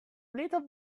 little